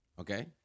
Okay